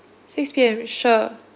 six P_M sure